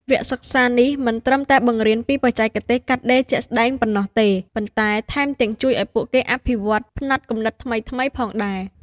វគ្គសិក្សានេះមិនត្រឹមតែបង្រៀនពីបច្ចេកទេសកាត់ដេរជាក់ស្តែងប៉ុណ្ណោះទេ ប៉ុន្តែថែមទាំងជួយឱ្យពួកគេអភិវឌ្ឍផ្នត់គំនិតថ្មីៗផងដែរ។